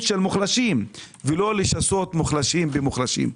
של מוחלשים ולא לשסות מוחלשים במוחלשים.